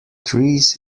trees